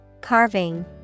Carving